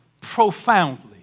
profoundly